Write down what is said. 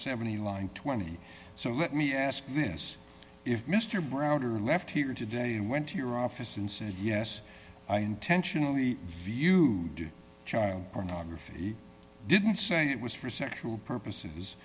seventy line twenty so let me ask you this if mr brown are left here today went to your office and said yes i intentionally v you do child pornography didn't say it was for sexual purposes